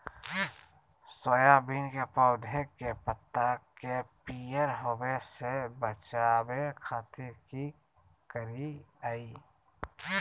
Soybean के पौधा के पत्ता के पियर होबे से बचावे खातिर की करिअई?